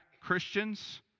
Christians